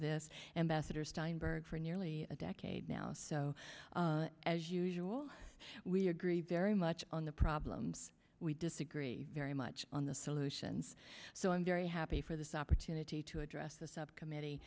steinberg for nearly a decade now so as usual we agree very much on the problems we disagree very much on the solutions so i'm very happy for this opportunity to address the subcommittee